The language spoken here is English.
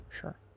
Sure